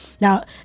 Now